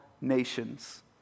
nations